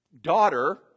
daughter